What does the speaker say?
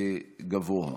גבוה.